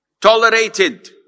tolerated